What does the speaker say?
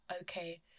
okay